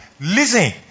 Listen